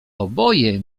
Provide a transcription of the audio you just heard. oboje